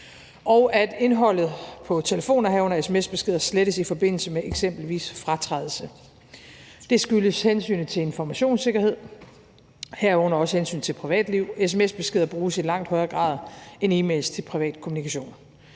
og at indholdet på telefoner, herunder sms-beskeder, slettes i forbindelse med eksempelvis fratrædelse. Det skyldes hensynet til informationssikkerhed, herunder også hensynet til privatliv. Sms-beskeder bruges i langt højere grad end e-mails til privat kommunikation.